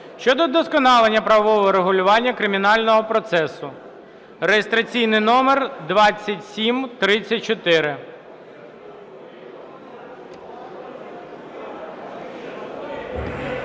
(щодо вдосконалення правового регулювання кримінального процесу) (реєстраційний номер 2734).